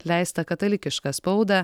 leistą katalikišką spaudą